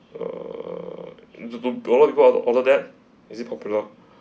err do a lot of people order that is it popular